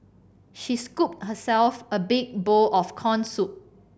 she scooped herself a big bowl of corn soup